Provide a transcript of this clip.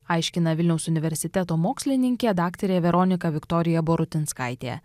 aiškina vilniaus universiteto mokslininkė daktarė veronika viktorija borutinskaitė